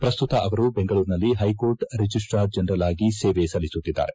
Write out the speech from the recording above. ಪ್ರಸ್ತುತ ಅವರು ಬೆಂಗಳೂರಿನಲ್ಲಿ ಹೈಕೋರ್ಟ್ ರಿಜಿಸ್ಟಾರ್ ಜನರಲ್ ಆಗಿ ಸೇವೆ ಸಲ್ಲಿಸುತ್ತಿದ್ದಾರೆ